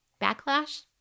backlash